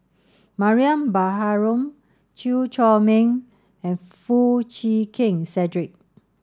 Mariam Baharom Chew Chor Meng and Foo Chee Keng Cedric